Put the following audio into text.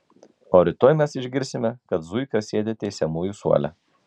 o rytoj mes išgirsime kad zuika sėdi teisiamųjų suole